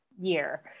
year